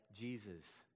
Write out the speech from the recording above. Jesus